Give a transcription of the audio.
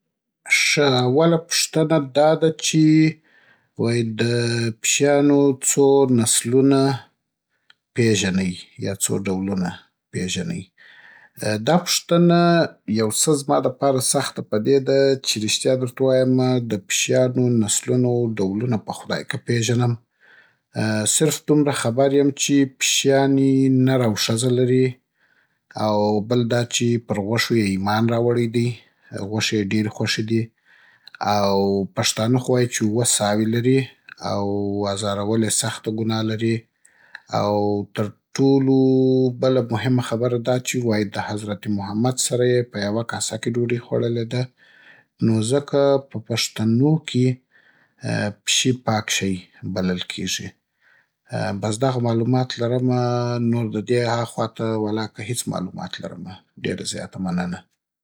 ښه! اوله پوښتنه دا ده چې وای د پيشيانو څو نسلونه پېژنئ يا څو ډولونه پېژنئ. دا پوښتنه يو څه زما د پاره سخته په دې ده چې ريشتيا درته ووایمه د پیشيانو نسلونه و ډولونه په خدای که پېژنم. صرف دومره خبر يم چې پیشيانې نر او ښځه لري؛ او بل دا چې پر غوښو یې ايمان راوړی دی – غوښې یې ډېرې خوښې دي؛ او پښتانه خو وای چې اووه ساوې لري؛ او ازارول يې سخته ګونا لري؛ او تر ټولو بله مهمه خبره دا چې وای د حضرت محمد سره يې په يوه کاسه کې ډوډۍ خوړلې ده. نو ځکه په پښتنو کې پیشی پاک شی بلل کېږي. بس دغه مالومات لرمه نور د دې اخوا ته ولاکه هېڅ مالومات لرمه. ډېره زياته مننه.